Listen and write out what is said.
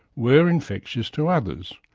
were infectious to others,